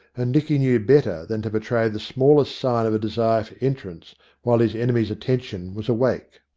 and dicky knew better than to betray the smallest sign of a desire for entrance while his enemy's attention was awake.